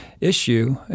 issue